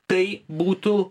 tai būtų